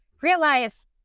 realize